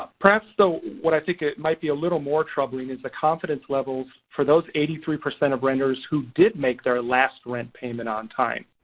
perhaps though, what i think might be a little more troubling is the confidence levels for those eighty three percent of renters who did make their last rent payment on time.